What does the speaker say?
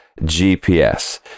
GPS